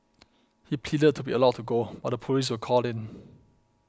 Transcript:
he pleaded to be allowed to go but the police were called in